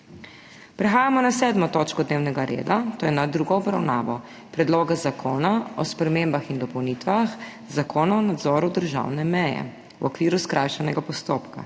prekinjeno 7. točko dnevnega reda, to je s tretjo obravnavo Predloga zakona o spremembah in dopolnitvah Zakona o nadzoru državne meje v okviru skrajšanega postopka.